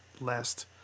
last